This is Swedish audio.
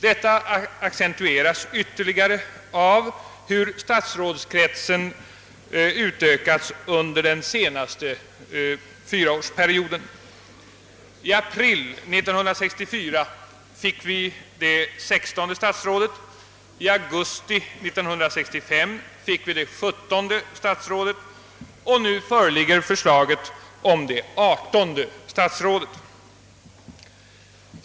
Detta accentueras ytterligare av hur statsrådskretsen utökats under den senaste fyraårsperioden. I april 1964 fick vi det sextonde statsrådet. I augusti 1965 fick vi det sjuttonde, och nu föreligger förslag om det adertonde statsrådet.